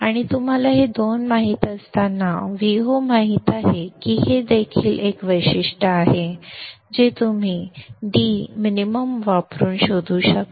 आणि तुम्हाला हे दोन माहीत असताना Vo माहीत आहे की हे देखील एक वैशिष्ट्य आहे जे तुम्ही d min वापरून शोधू शकता